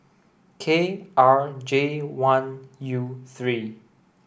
K R J one U three